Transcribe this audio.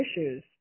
issues